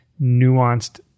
nuanced